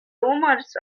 rumors